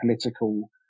political